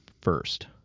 first